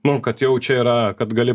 nu kad jau čia yra kad gali